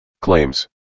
claims